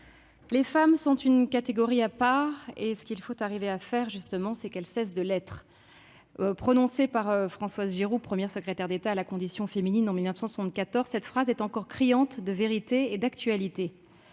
les femmes sont une catégorie à part et ce qu'il faut arriver à faire justement, c'est qu'elles cessent de l'être ». Prononcée par Françoise Giroud, première secrétaire d'État à la condition féminine, en 1974, cette phrase est encore criante de vérité et d'actualité.